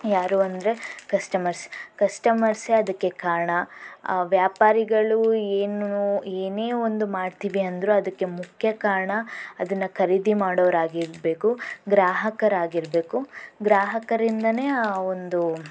ಯಾರು ಅಂದರೆ ಕಸ್ಟಮರ್ಸ್ ಕಸ್ಟಮರ್ಸೆ ಅದಕ್ಕೆ ಕಾರಣ ವ್ಯಾಪಾರಿಗಳು ಏನು ಏನೇ ಒಂದು ಮಾಡ್ತೀವಿ ಅಂದರೂ ಅದಕ್ಕೆ ಮುಖ್ಯ ಕಾರಣ ಅದನ್ನು ಖರೀದಿ ಮಾಡೋರು ಆಗಿರಬೇಕು ಗ್ರಾಹಕರಾಗಿರಬೇಕು ಗ್ರಾಹಕರಿಂದನೇ ಆ ಒಂದು